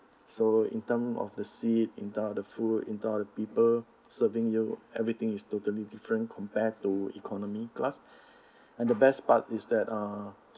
so in term of the seat in term of the food in term of the people serving you everything is totally different compared to economy class and the best part is that uh